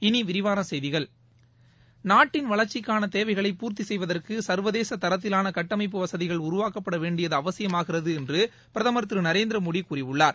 இனி விரிவான செய்திகள் நாட்டின் வளர்ச்சிக்கான தேவைகளை பூர்த்தி செய்வதற்கு சர்வதேச தரத்திலான கட்டமைப்பு வசதிகள் உருவாக்கப்பட வேண்டியது அவசியமாகிறது என்று பிரதமர் திரு நரேந்திரமோடி கூறியுள்ளார்